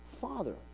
father